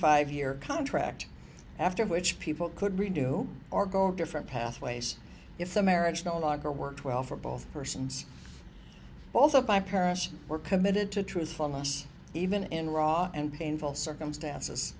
five year contract after which people could redo or go different pathways if the marriage no longer worked well for both persons both of my parents were committed to truthfulness even in raw and painful circumstances